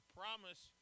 promise